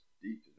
deep